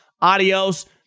Adios